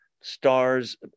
stars